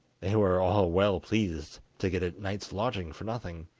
they were all well pleased to get a night's lodging for nothing.